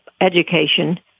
education